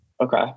Okay